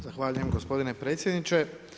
Zahvaljujem gospodine predsjedniče.